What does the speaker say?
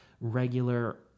regular